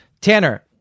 Tanner